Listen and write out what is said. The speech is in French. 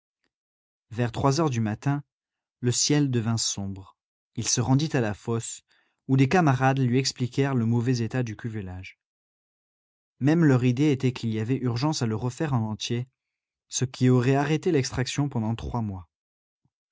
vers trois heures du matin le ciel devint sombre il se rendit à la fosse où des camarades lui expliquèrent le mauvais état du cuvelage même leur idée était qu'il y avait urgence à le refaire en entier ce qui aurait arrêté l'extraction pendant trois mois